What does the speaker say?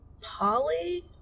Polly